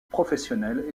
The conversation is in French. professionnelle